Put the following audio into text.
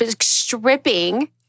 stripping